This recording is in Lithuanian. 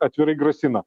atvirai grasina